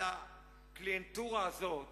על הקליינטורה הזאת